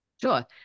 Sure